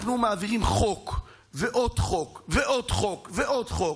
אנחנו מעבירים חוק ועוד חוק ועוד חוק,